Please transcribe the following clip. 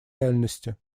реальности